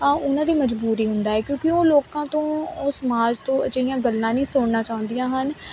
ਉਹਨਾਂ ਦੀ ਮਜਬੂਰੀ ਹੁੰਦਾ ਹੈ ਕਿਉਂਕਿ ਉਹ ਲੋਕਾਂ ਤੋਂ ਉਹ ਸਮਾਜ ਤੋਂ ਅਜਿਹੀਆਂ ਗੱਲਾਂ ਨਹੀਂ ਸੁਣਨਾ ਚਾਹੁੰਦੀਆਂ ਹਨ